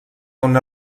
una